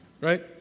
Right